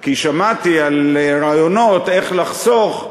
כי שמעתי על רעיונות איך לחסוך,